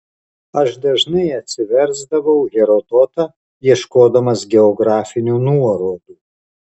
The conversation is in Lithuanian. aš dažnai atsiversdavau herodotą ieškodamas geografinių nuorodų